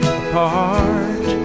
apart